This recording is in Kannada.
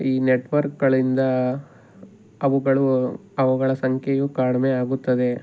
ಈ ನೆಟ್ವರ್ಕ್ಗಳಿಂದ ಅವುಗಳು ಅವುಗಳ ಸಂಖ್ಯೆಯು ಕಡಿಮೆಯಾಗುತ್ತದೆ